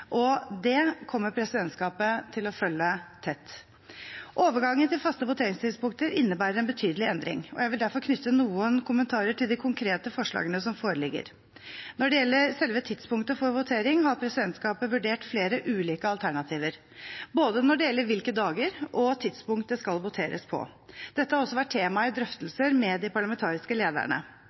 og det kommer presidentskapet til å følge tett. Overgangen til faste voteringstidspunkter innebærer en betydelig endring, og jeg vil derfor knytte noen kommentarer til de konkrete forslagene som foreligger. Når det gjelder selve tidspunktet for votering, har presidentskapet vurdert flere ulike alternativer når det gjelder både hvilke dager og hvilke tidspunkt det skal voteres på. Dette har også vært tema i drøftelser med de parlamentariske lederne.